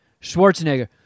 Schwarzenegger